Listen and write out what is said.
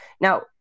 Now